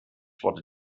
wurde